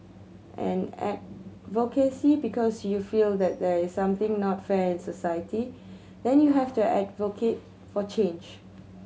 and advocacy because you feel that they something not fair in society then you have to advocate for change